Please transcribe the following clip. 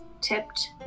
tipped